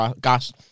Gas